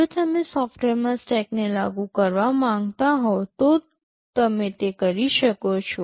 જો તમે સોફ્ટવેરમાં સ્ટેકને લાગુ કરવા માંગતા હો તો તમે તે કરી શકો છો